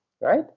right